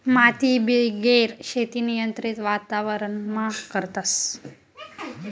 मातीबिगेर शेती नियंत्रित वातावरणमा करतस